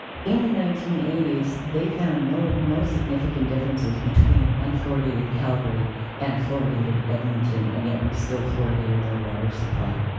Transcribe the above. in the nineteen eighty s, they found no no significant differences between unfloridated calgary and floridated edmonton, and yet we still floridated our water supply.